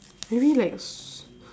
maybe like s~